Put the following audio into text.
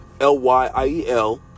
L-Y-I-E-L